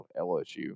LSU